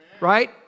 Right